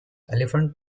elephant